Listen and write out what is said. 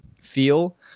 feel